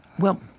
well,